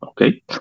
Okay